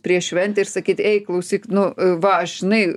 prieš šventę ir sakyt ei klausyk nu va aš žinai